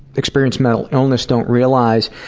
experience mental illness don't realize,